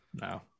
No